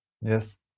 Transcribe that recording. Yes